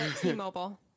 T-Mobile